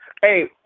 Hey